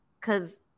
cause